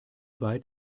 weit